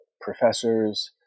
professors